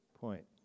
point